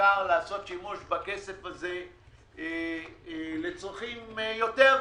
אפשר לעשות שימוש בכסף הזה לצרכים יותר קריטיים.